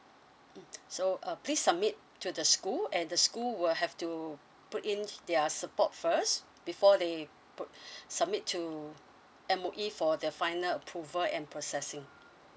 mm so uh please submit to the school and the school will have to put in their support first before they put submit to M_O_E for the final approval and processing